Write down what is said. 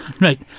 Right